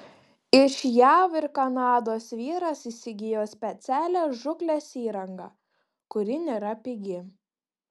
iš jav ir kanados vyras įsigijo specialią žūklės įrangą kuri nėra pigi